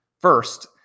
first